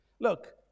look